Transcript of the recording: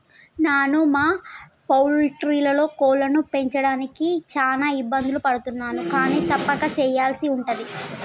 నాను మా పౌల్ట్రీలో కోళ్లను పెంచడానికి చాన ఇబ్బందులు పడుతున్నాను కానీ తప్పక సెయ్యల్సి ఉంటది